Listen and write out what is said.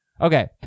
Okay